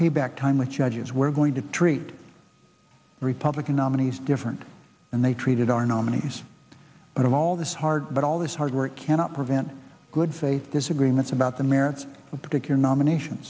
payback time with judges we're going to treat republican nominees different and they treated our nominees but all this hard but all this hard work cannot prevent good faith disagreements about the merits of particular nomination